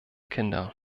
kinder